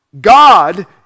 God